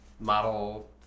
model